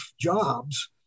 jobs